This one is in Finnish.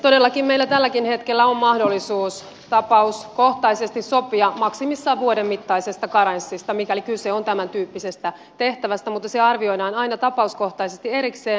todellakin meillä tälläkin hetkellä on mahdollisuus tapauskohtaisesti sopia maksimissaan vuoden mittaisesta karenssista mikäli kyse on tämäntyyppisestä tehtävästä mutta se arvioidaan aina tapauskohtaisesti erikseen